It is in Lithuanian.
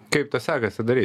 kaip tą sekasi daryt